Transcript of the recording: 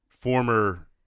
Former